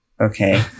Okay